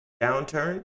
downturn